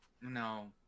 No